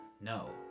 no